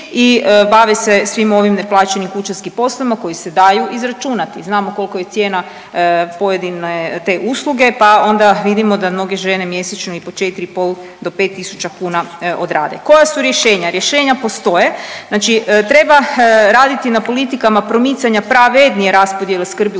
i bave svim ovim neplaćenim kućanskim poslovima koji se daju izračunati. Znamo koliko je cijena pojedine te usluge pa onda vidimo da mnoge žene mjesečno i po 4,5 do 5.000 kuna odrade. Koja su rješenja? Rješenja postoje, znači treba raditi na politikama promicanja pravednije raspodijele skrbi